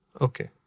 Okay